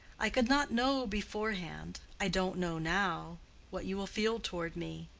i could not know beforehand i don't know now what you will feel toward me.